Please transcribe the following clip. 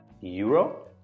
euro